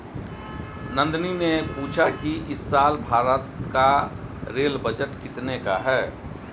नंदनी ने पूछा कि इस साल भारत का रेल बजट कितने का है?